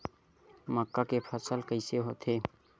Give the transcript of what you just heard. मक्का के फसल कइसे होथे?